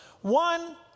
One